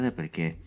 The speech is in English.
perché